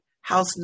house